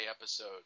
episode